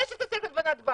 רק היה חשוב להבין.